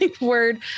word